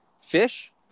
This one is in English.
fish